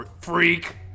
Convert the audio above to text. freak